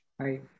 Hi